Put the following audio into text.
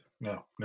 no